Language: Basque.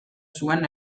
zuen